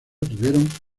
tuvieron